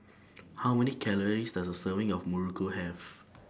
How Many Calories Does A Serving of Muruku Have